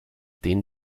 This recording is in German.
den